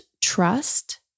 trust